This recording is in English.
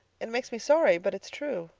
it makes me sorry but it's true.